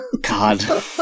God